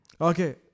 Okay